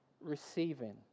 Receiving